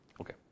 Okay